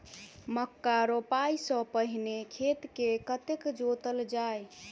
मक्का रोपाइ सँ पहिने खेत केँ कतेक जोतल जाए?